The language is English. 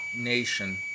nation